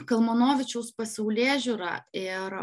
kalmanovičiaus pasaulėžiūra ir